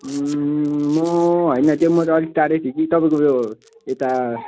म होइन त्यो म त अलिक टाडै थिएँ कि तपाईँको यो यता